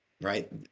Right